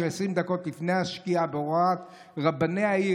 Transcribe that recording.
20 דקות לפני השקיעה בהוראת רבני העיר.